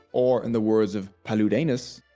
or in the words of paludanus,